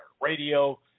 Radio